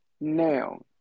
Now